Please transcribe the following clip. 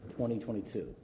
2022